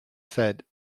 said